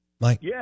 Mike